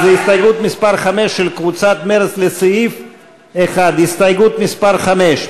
אז הסתייגות מס' 5 של קבוצת מרצ לסעיף 1. הסתייגות מס' 5,